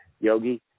Yogi